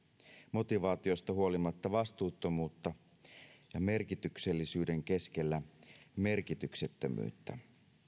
motivaatiosta huolimatta vastuuttomuutta ja merkityksellisyyden keskellä merkityksettömyyttä